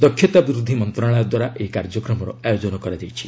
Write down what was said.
ଦକ୍ଷତା ବୃଦ୍ଧି ମନ୍ତ୍ରଣାଳୟ ଦ୍ୱାରା ଏହି କାର୍ଯ୍ୟକ୍ରମର ଆୟୋଜନ କରାଯାଇଛି